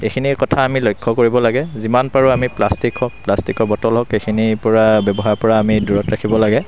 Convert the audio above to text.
এইখিনিয়ে কথা আমি লক্ষ্য কৰিব লাগে যিমান পাৰোঁ আমি প্লাষ্টিক হওক প্লাষ্টিকৰ বটল হওক অলপ এইখিনিৰ ব্যৱহাৰৰ পৰা আমি দূৰত ৰাখিব লাগে